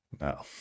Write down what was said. No